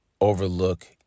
overlook